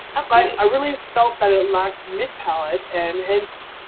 ah but i really felt that it lacked mid palate and hence,